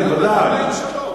כן, ודאי.